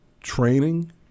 training